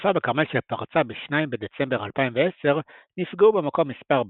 בשרפה בכרמל שפרצה ב-2 בדצמבר 2010 נפגעו במקום מספר בתים,